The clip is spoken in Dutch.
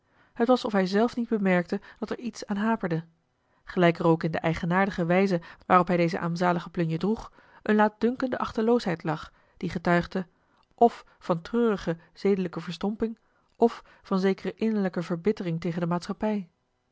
het was of hij zelf niet bemerkte dat er iets aan haperde gelijk er ook in de eigenaardige wijze waarop hij deze armzalige plunje droeg eene laatdunkende achteloosheid lag die getuigde f van treurige zedelijke verstomping f van zekere innerlijke verbittering tegen de maata